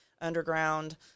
underground